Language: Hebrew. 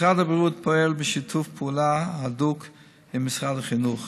משרד הבריאות פועל בשיתוף פעולה הדוק עם משרד החינוך.